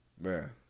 Man